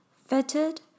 fettered